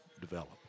develop